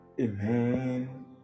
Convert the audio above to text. Amen